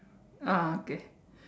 ah okay